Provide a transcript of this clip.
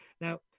Now